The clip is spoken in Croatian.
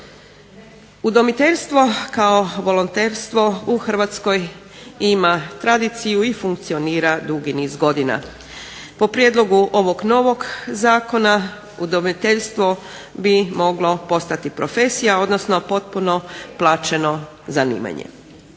Udomiteljstvo kao volonterstvo u Hrvatskoj ima tradiciju i funkcionira dugi niz godina. Po prijedlogu ovog novog zakona udomiteljstvo bi moglo postati profesija, odnosno potpuno plaćeno zanimanje.